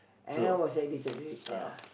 and I was addicted to it ya